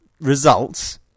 results